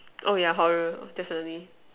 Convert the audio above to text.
oh yeah